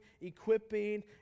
equipping